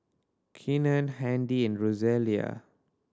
Kenan Handy and Rosalia